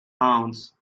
pounds